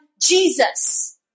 Jesus